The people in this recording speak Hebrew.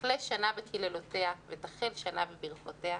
"שתכלה שנה וקללותיה ותחל שנה וברכותיה",